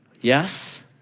Yes